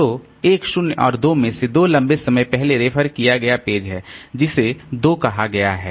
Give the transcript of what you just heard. तो 1 0 और 2 में से 2 लंबे समय पहले रेफर किया गया पेज है जिसे 2 कहा गया है